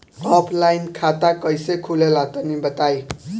Offline खाता कइसे खुले ला तनि बताई?